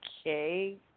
Okay